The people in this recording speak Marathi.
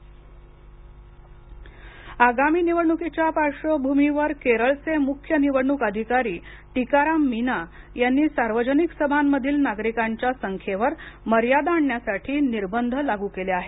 केरळ निवडणक अधिकारी आगामी निवडणुकीच्या पार्श्वभूमीवर केरळचे मुख्य निवडणूक अधिकारी टिकाराम मीना यांनी सार्वजनिक सभांमधील नागरिकांच्या संख्येवर मर्यादा आणण्यासाठी निर्बंध लागू केले आहेत